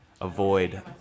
avoid